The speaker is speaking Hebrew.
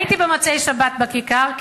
הייתי במוצאי שבת בכיכר.